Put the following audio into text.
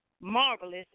Marvelous